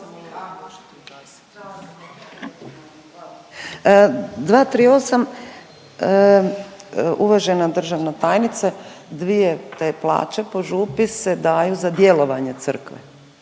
238., uvažena državna tajnice, dvije te plaće po župi se daju za djelovanje crkve.